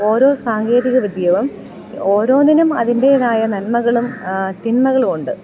ഓരോ സാങ്കേതികവിദ്യയും ഓരോന്നിനും അതിൻ്റെതായ നന്മകളും തിന്മകളുമുണ്ട്